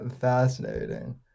fascinating